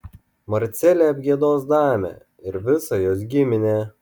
marcelė apgiedos damę ir visą jos giminę